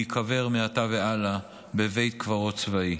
להיקבר מעתה והלאה בבית קברות צבאי.